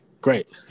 Great